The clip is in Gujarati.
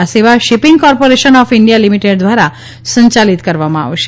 આ સેવા shipping corporation of India limited દ્વારા સંચાલિત કરવામાં આવશે